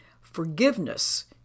Forgiveness